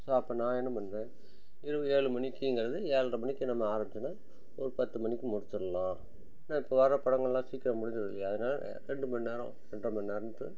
so அப்போ நான் என்ன பண்ணுறேன் இரவு ஏழு மணிக்குங்கிறது ஏழ்ர மணிக்கு நம்ம ஆரம்மிச்சோன்னா ஒரு பத்து மணிக்கு முடிச்சிடலாம் ஏன்னால் இப்போ வர படங்கள்லாம் சீக்கிரம் முடிஞ்சுரும் இல்லையா அதனால ரெண்டு மணி நேரம் ரெண்ட்ரை மணி நேரோந்து